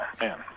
man